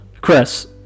chris